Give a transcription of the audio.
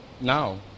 now